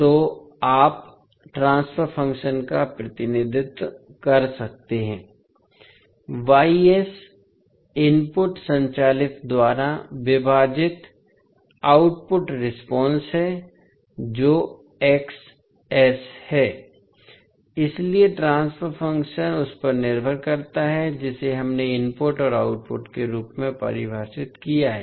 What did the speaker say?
तो आप transfer function का प्रतिनिधित्व कर सकते हैं इनपुट संचालित द्वारा विभाजित आउटपुट रेस्पॉन्स है जो है इसलिए ट्रांसफर फ़ंक्शन उस पर निर्भर करता है जिसे हमने इनपुट और आउटपुट के रूप में परिभाषित किया है